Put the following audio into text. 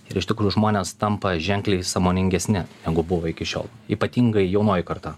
ir iš tikrųjų žmuonės tampa ženkliai sąmoningesni negu buvo iki šiol ypatingai jaunoji karta